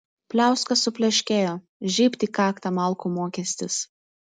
pliauska supleškėjo žybt į kaktą malkų mokestis